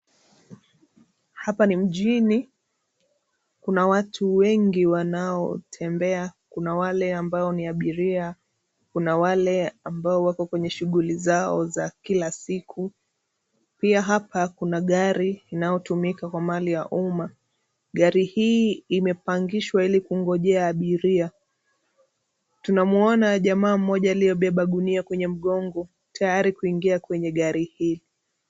Hapa ni mjini, kuna watu wengi wanaotembea. Kuna wale ambao ni abiria, kuna wale ambao wako kwenye shughuli zao za kila siku. Pia hapa kuna gari inaotumika kwa mali ya umma. Gari hii imepangishwa ili kungojea abiria. Tunamwona jamaa mmoja aliyebeba gunia kwenye mgongo tayari kuingia kwenye gari hii.